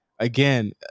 Again